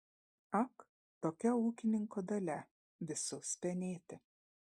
ak tokia ūkininko dalia visus penėti